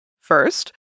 First